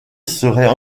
serait